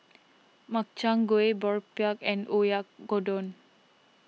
Makchang Gui Boribap and Oyakodon